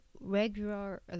regular